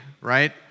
right